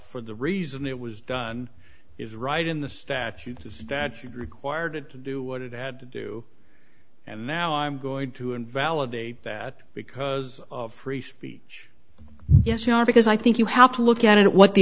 for the reason it was done is right in the statute if that's required to do what it had to do and now i'm going to invalidate that because of free speech yes you know because i think you have to look at it what the